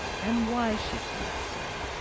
and why she thought so?